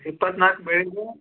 ಇಪ್ಪತ್ನಾಲ್ಕು ಬೆಳಗ್ಗೆ